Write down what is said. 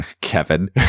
Kevin